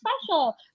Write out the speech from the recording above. special